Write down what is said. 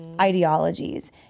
ideologies